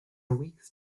weeks